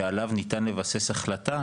שעליו ניתן לבסס החלטה,